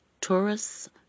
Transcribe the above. tourists